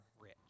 rich